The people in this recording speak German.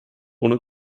ohne